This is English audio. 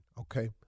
Okay